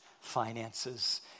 finances